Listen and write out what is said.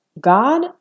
God